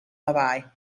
lawaai